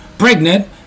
pregnant